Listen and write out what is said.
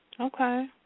Okay